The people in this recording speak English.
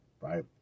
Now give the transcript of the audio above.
right